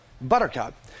Buttercup